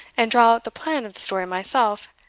and draw out the plan of the story myself.